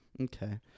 Okay